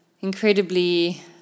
incredibly